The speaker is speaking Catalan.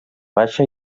baixa